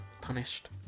Punished